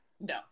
No